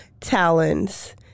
talons